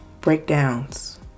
breakdowns